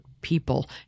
People